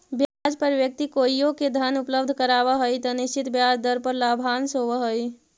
ब्याज पर व्यक्ति कोइओ के धन उपलब्ध करावऽ हई त निश्चित ब्याज दर पर लाभांश होवऽ हई